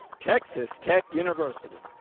texas tech university.